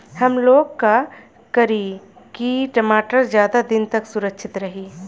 हमलोग का करी की टमाटर ज्यादा दिन तक सुरक्षित रही?